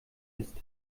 ist